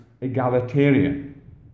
egalitarian